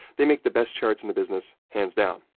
they make the best charts in the business, hands down.